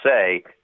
say